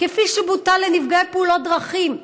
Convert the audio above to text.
כפי שבוטל לנפגעי תאונות דרכים.